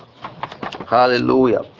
hallelujah